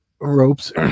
ropes